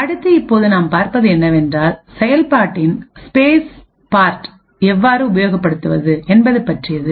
அடுத்துஇப்போது நாம் பார்ப்பது என்னவென்றால் செயல்பாட்டின் ஸ்பேஸ் பார்ட்டை எவ்வாறு உபயோகப்படுத்துவது என்பது பற்றியது